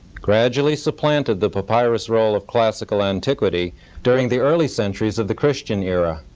gradually supplanted the papyrus roll of classical antiquity during the early centuries of the christian era.